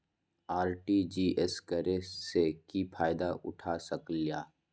RTGS करे से की फायदा उठा सकीला?